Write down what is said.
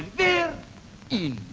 there in